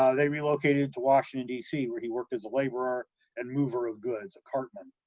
ah they relocated to washington d c, where he worked as a laborer and mover of goods, a cartman.